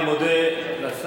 אני מודה לשר.